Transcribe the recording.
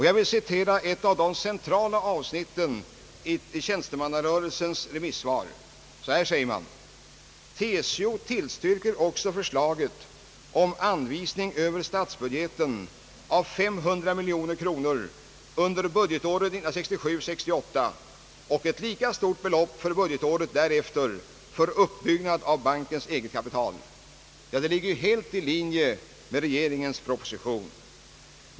Jag vill citera ett av de centrala avsnitten i tjänstemannarörelsens remisssvar: »TCO tillstyrker också förslaget om anvisning över statsbudgeten av 500 milj.kr. under budgetåret 1967/68 och ett lika stort belopp för budgetåret därefter för uppbyggnad av bankens eget kapital.» Detta ligger ju helt i linje med regeringens proposition.